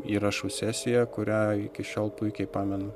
įrašų sesija kurią iki šiol puikiai pamenu